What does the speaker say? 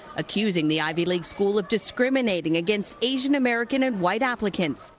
accusing the ivy league school of discriminating against asian american and white applicants.